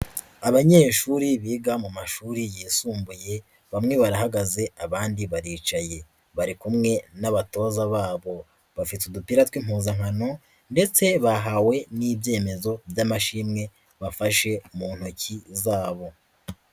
Abanyeshuri biga mu mashuri yisumbuye bamwe barahagaze abandi baricaye, bari kumwe n'abatoza babo bafite udupira tw'impuzankano ndetse bahawe n'ibyemezo by'amashimwe bafashe mu ntoki zabo.